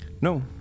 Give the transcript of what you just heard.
No